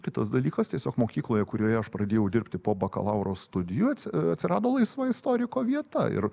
kitas dalykas tiesiog mokykloje kurioje aš pradėjau dirbti po bakalauro studijų atsi atsirado laisva istoriko vieta ir